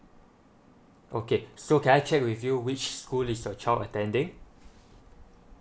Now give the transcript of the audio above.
okay so can I check with you which school is a child attending